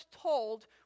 told